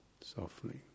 softly